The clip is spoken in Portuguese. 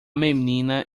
menina